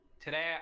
Today